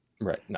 Right